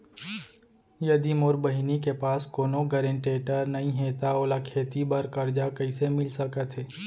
यदि मोर बहिनी के पास कोनो गरेंटेटर नई हे त ओला खेती बर कर्जा कईसे मिल सकत हे?